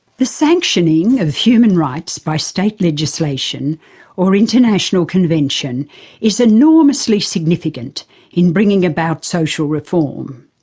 the sanctioning of human rights by state legislation or international convention is enormously significant in bringing about social reform.